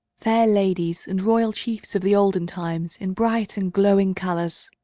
fair ladies, and royal chiefs of the olden times in bright and glowing colors.